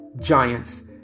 Giants